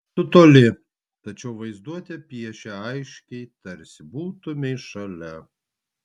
tu toli tačiau vaizduotė piešia aiškiai tarsi būtumei šalia